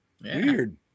weird